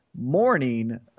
morning –